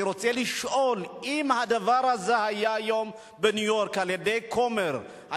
אני רוצה לשאול אם הדבר הזה היה היום בניו-יורק על-ידי כומר,